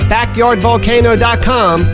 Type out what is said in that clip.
BackyardVolcano.com